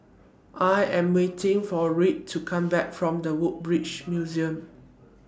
I Am waiting For Rhett to Come Back from The Woodbridge Museum